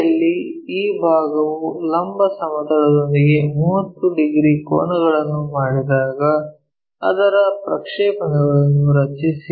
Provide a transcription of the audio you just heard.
P ಯಲ್ಲಿ ಈ ಭಾಗವು ಲಂಬ ಸಮತಲದೊಂದಿಗೆ 30 ಡಿಗ್ರಿ ಕೋನವನ್ನು ಮಾಡಿದಾಗ ಅದರ ಪ್ರಕ್ಷೇಪಗಳನ್ನು ರಚಿಸಿ